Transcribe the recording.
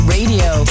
Radio